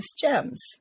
gems